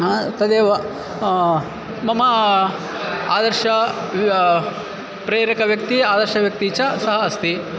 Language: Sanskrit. तदेव मम आदर्श प्रेरकव्यक्ति आदर्शव्यक्ति च सः अस्ति